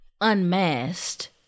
unmasked